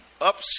up